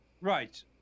right